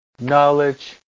knowledge